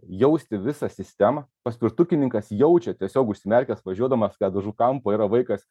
jausti visą sistemą paspirtukininkas jaučia tiesiog užsimerkęs važiuodamas kad už kampo yra vaikas